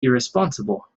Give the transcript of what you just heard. irresponsible